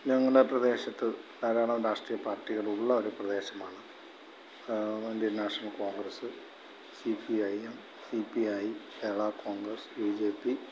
ഞങ്ങളുടെ പ്രദേശത്ത് ധാരാളം രാഷ്ട്രീയ പാർട്ടികള് ഉള്ളൊരു പ്രദേശമാണ് Indian National Congress C P I M C P I Kerala Congress B J P